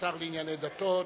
השר לענייני דתות.